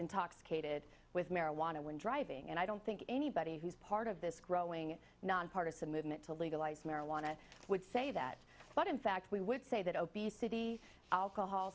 intoxicated with marijuana when driving and i don't think anybody who's part of this growing nonpartizan movement to legalize marijuana would say that but in fact we would say that obesity alcohol